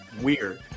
weird